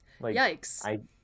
Yikes